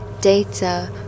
data